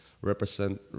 represent